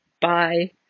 Bye